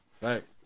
Thanks